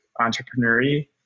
entrepreneurial